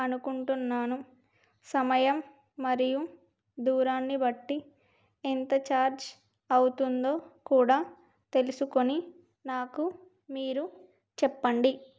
అనుకుంటున్నాను సమయం మరియు దూరాన్ని బట్టి ఎంత ఛార్జ్ అవుతుందో కూడా తెలుసుకొని నాకు మీరు చెప్పండి